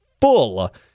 full